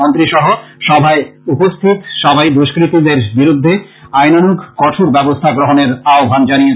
মন্ত্রী সহ সভায় উপস্থিত সবাই দুষ্কৃতকারীদের বিরুদ্ধে আইনানুগ কঠোর ব্যবস্থা গ্রহণের আহ্বান জানিয়েছেন